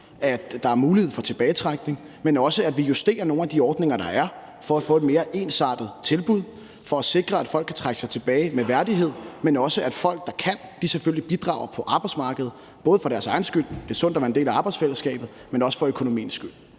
at der er mulighed for tilbagetrækning, men også at vi justerer nogle af de ordninger, der er, for at få et mere ensartet tilbud; for at sikre, at folk kan trække sig tilbage med værdighed, men også at folk, der kan, selvfølgelig bidrager på arbejdsmarkedet, både for deres egen skyld – det er sundt at være en del af arbejdsfællesskabet – men også for økonomiens skyld.